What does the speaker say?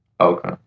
Okay